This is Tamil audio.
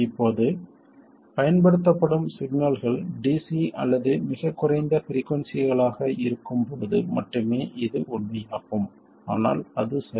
இப்போது பயன்படுத்தப்படும் சிக்னல்கள் டிசி அல்லது மிகக் குறைந்த பிரிக்குயின்சியாக இருக்கும்போது மட்டுமே இது உண்மையாகும் ஆனால் அது சரி